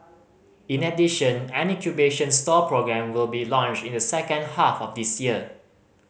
in addition an incubation stall programme will be launched in the second half of this year